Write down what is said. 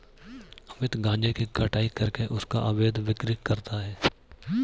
अमित गांजे की कटाई करके उसका अवैध बिक्री करता है